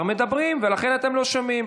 תוך כדי דבריו של שר מדברים, ולכן אתם לא שומעים.